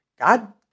God